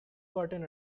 gotten